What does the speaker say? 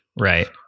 right